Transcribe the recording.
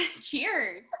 Cheers